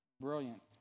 brilliant